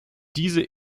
diese